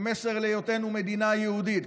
מסר להיותנו מדינה יהודית,